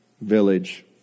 village